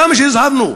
כמה שהזהרנו,